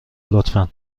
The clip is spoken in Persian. لطفا